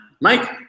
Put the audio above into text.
Mike